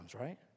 right